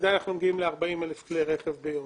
עדיין אנחנו מגיעים ל-40,000 כלי רכב ביום.